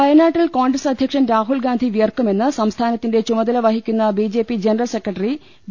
വയനാട്ടിൽ കോൺഗ്രസ് അധ്യക്ഷൻ രാഹുൽ ഗാന്ധി വിയർക്കു മെന്ന് സംസ്ഥാനത്തിന്റെ ചുമതല വഹിക്കുന്ന ബിജെപി ജനറൽ സെക്രട്ടറി വി